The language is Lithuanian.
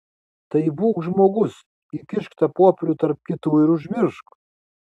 tai būk žmogus įkišk tą popierių tarp kitų ir užmiršk